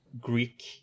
Greek